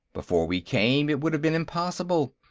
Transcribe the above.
before we came, it would have been impossible.